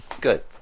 Good